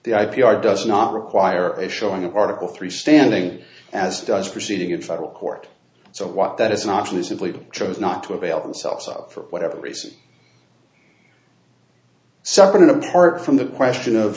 r does not require a showing of article three standing as does proceeding in federal court so what that is an option is simply chose not to avail themselves of for whatever reason separate and apart from the question of